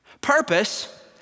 Purpose